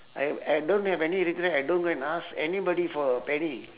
I I don't have any regret I don't go and ask anybody for a penny